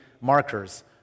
markers